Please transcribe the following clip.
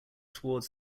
towards